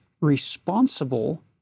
responsible